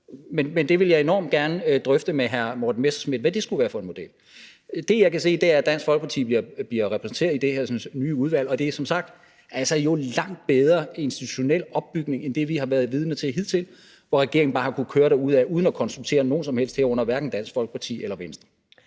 Men jeg vil enormt gerne drøfte med hr. Morten Messerschmidt, hvad det skulle være for en model. Det, jeg kan se, er, at Dansk Folkeparti bliver repræsenteret i det her nye udvalg, og det er jo som sagt en langt bedre institutionel opbygning end det, vi har været vidne til hidtil, hvor regeringen bare har kunnet køre derudad uden at konsultere nogen som helst, herunder hverken Dansk Folkeparti eller Venstre.